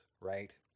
right